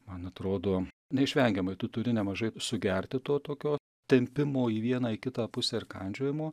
man atrodo neišvengiamai tu turi nemažai sugerti to tokio tempimo į vieną į kitą pusę ir kandžiojimo